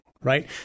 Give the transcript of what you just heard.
right